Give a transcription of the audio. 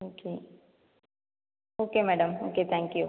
okay okay madam okay thank you